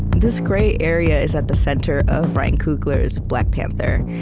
this gray area is at the center of ryan coogler's black panther.